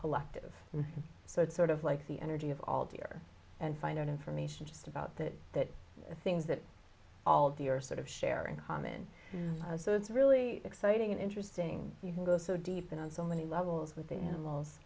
collective so it's sort of like the energy of all deer and find out information just about that that things that all the are sort of share in common so it's really exciting and interesting you can go so deep in on so many levels with